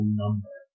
number